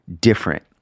different